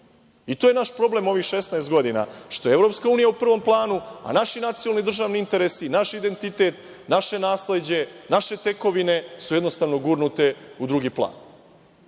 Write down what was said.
To je naš problem ovih 16 godina, što je Evropska unija u prvom planu, a naši nacionalni i državni interesi, naš identitet, naše nasleđe, naše tekovine, su jednostavno gurnute u drugi plan. Imamo